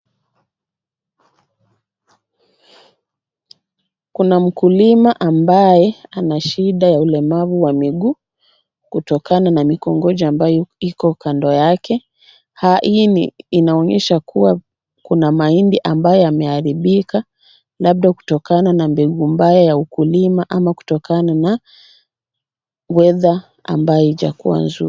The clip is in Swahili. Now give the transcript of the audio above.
Kuna mkulima ambaye ana shida ya ulemavu wa miguu kutokana na mikongojo ambayo Iko kando yake. Hii inaonyesha kuwa kuna mahindi ambayo yameharibika labda kutokana na mbegu mbaya ya ukulima au [c]weather[c] ambayo haijakuwa mzuri.